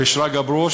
ואת שרגא ברוש,